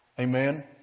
Amen